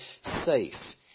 safe